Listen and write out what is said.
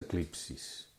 eclipsis